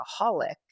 alcoholic